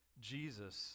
Jesus